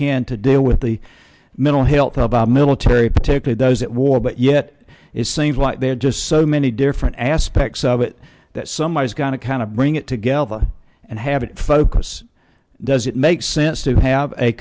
can to deal with the mental health of our military protected those that war but yet it seems like they're just so many different aspects of it that somebody is going to kind of bring it together and have it focus does it make sense to have a